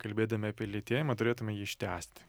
kalbėdami apie lytėjimą turėtume jį ištęsti